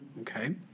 okay